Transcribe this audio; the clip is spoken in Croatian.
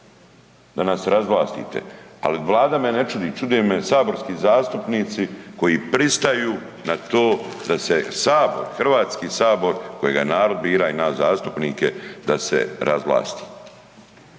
da nas razvlastite, ali Vlada me ne čudi, čude me saborski zastupnici koji pristaju na to da se sabor, Hrvatski sabor koje narod bira i nas zastupnike da se razvlasti.